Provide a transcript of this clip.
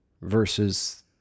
versus